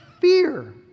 fear